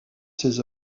ses